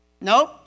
Nope